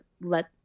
let